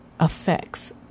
effects